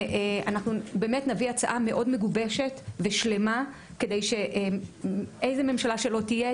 נביא הצעה מגובשת מאוד ושלמה כדי שאיזה ממשלה שלא תהיה,